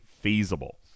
feasible